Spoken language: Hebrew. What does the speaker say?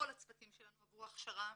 כל הצוותים שלנו עברו הכשרה